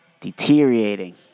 Deteriorating